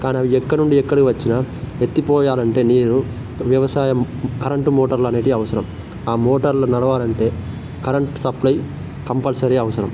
కానవి ఎక్కడనుండి ఎక్కడ వచ్చినా ఎత్తిపోయాలంటే నీరు వ్యవసాయం కరంటు మోటార్లనేది అవసరం మోటార్లు నడవాలంటే కరంట్ సప్లై కంపల్సరీ అవసరం